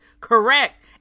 Correct